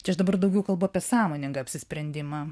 čia aš dabar daugiau kalbu apie sąmoningą apsisprendimą